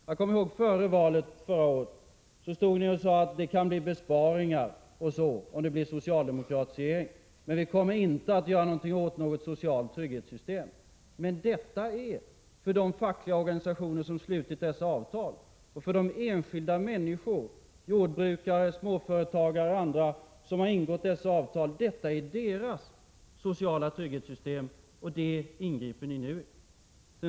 Jag kommer ihåg hur ni före valet förra året stod och sade att det kan bli besparingar och så, om det blir en socialdemokratisk regering, ”men vi kommer inte att göra någonting åt något socialt trygghetssystem”. Men för de fackliga organisationer och för de enskilda människor — jordbrukare, småföretagare och andra — som ingått dessa avtal är detta ett socialt trygghetssystem. Det är deras sociala trygghetssystem, och det ingriper ni nu i.